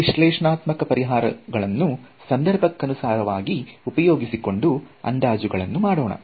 ಈ ವಿಶ್ಲೇಷಣಾತ್ಮಕ ಪರಿಹಾರಗಳನ್ನು ಸಂದರ್ಭಕ್ಕನುಸಾರವಾಗಿ ಉಪಯೋಗಿಸಿಕೊಂಡು ಅಂದಾಜುಗಳನ್ನು ಮಾಡೋಣ